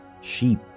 sheep